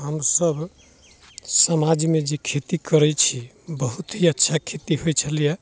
हमसब समाजमे जे खेती करै छी बहुत ही अच्छा खेती होइ छलैए